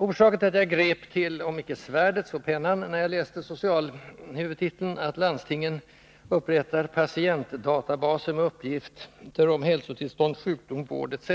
Orsaken till att jag grep till om icke svärdet så pennan när jag under socialhuvudtiteln läste att landstingen upprättar patientdatabaser med uppgifter om hälsotillstånd, sjukdom, vård etc.,